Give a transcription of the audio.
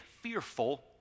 fearful